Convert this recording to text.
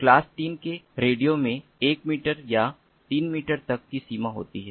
class 3 के radio में 1 metre या 3 मीटर तक की सीमा होती है